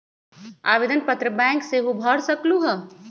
आवेदन पत्र बैंक सेहु भर सकलु ह?